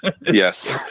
Yes